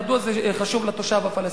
מדוע זה חשוב לתושב הפלסטיני?